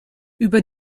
über